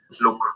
look